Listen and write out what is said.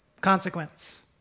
consequence